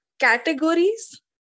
categories